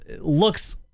looks